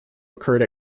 occurred